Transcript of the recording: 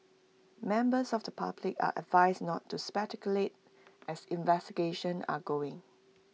members of the public are advised not to speculate as investigations are going